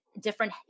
different